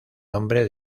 nombre